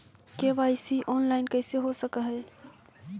KYC online कैसे हो सक है?